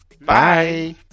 Bye